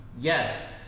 Yes